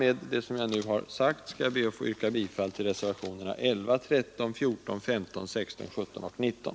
Med vad jag nu har sagt skall jag be att få yrka bifall till reservationerna 11, 13, 14, 15, 16, 17 och 19.